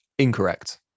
Incorrect